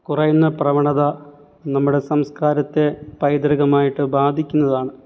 കുറയുന്ന പ്രവണത നമ്മടെ സംസ്കാരത്തെ പൈതൃകമായിട്ട് ബാധിക്കുന്നതാണ്